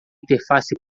interface